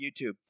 YouTube